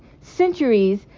centuries